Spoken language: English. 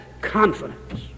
confidence